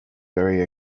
very